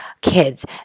kids